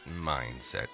mindset